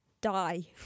Die